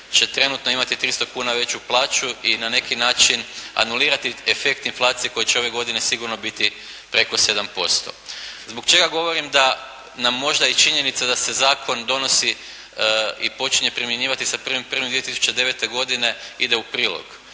će trenutno imati 300 kuna veću plaću i na neki način anulirati efekt inflacije koji će ove godine sigurno biti preko 7%. Zbog čega govorim da nam možda i činjenica da se zakon donosi i počinje primjenjivati sa 1. 1. 2009. godine ide u prilog?